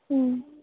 ம்